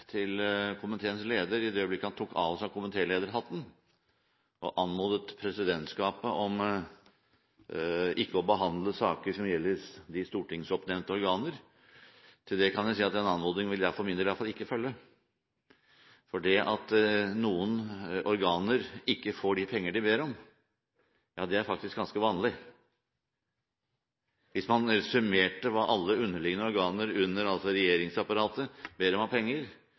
til komiteens leder i det øyeblikket han tok av seg komitélederhatten og anmodet presidentskapet om ikke å behandle saker som gjelder de stortingsoppnevnte organer. Til det kan jeg si at den anmodningen vil jeg for min del iallfall ikke følge, for det at noen organer ikke får de penger de ber om, er faktisk ganske vanlig. Hvis man summerte hva alle underliggende organer under regjeringsapparatet ber om av penger, ville man